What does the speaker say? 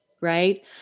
right